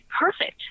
perfect